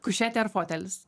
kušetė ar fotelis